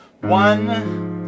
one